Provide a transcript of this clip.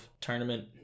tournament